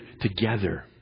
together